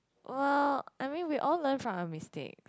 well I mean we all learn from our mistakes